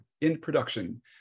in-production